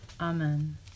Amen